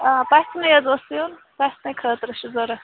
آ پژھنٕے حظ اوس یُن پَژھنٕے خٲطرٕ چھِ ضروٗرت